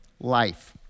life